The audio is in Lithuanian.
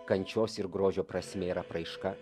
kančios ir grožio prasmė ir apraiška